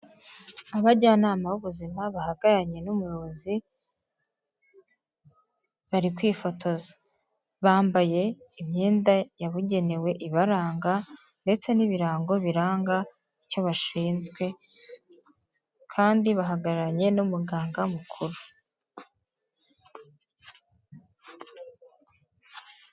Abajyanama b'ubuzima bahagararanye n'umuyobozi, bari kwifotoza. Bambaye imyenda yabugenewe ibaranga ndetse n'ibirango biranga icyo bashinzwe kandi bahagararanye n'umuganga mukuru.